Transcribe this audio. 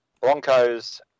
Broncos